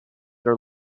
are